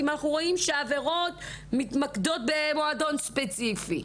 אם אנחנו רואים שהעבירות מתקדמות במועדון ספציפי.